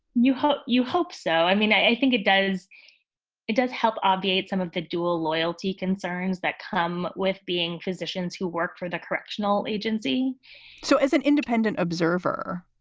you hope you hope so. i mean, i think it does it does help obviate some of the dual loyalty concerns that come with being physicians who work for the correctional agency so as an independent observer.